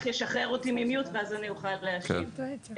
כך, אם אני מבין נכון.